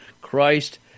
Christ